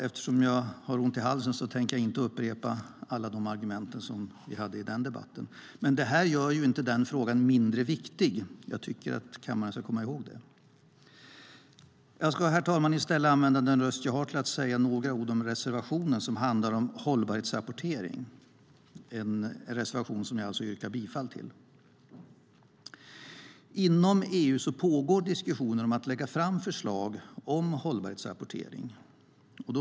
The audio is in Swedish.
Eftersom jag har ont i halsen tänker jag inte upprepa alla argument som vi hade i den debatten. Det gör inte frågan mindre viktig. Det tycker jag att kammaren ska komma ihåg. Jag ska i stället använda den röst jag har till att säga några ord om reservationen som handlar om hållbarhetsrapportering - en reservation som jag alltså yrkar bifall till. Inom EU pågår diskussioner om att lägga fram förslag om hållbarhetsrapportering.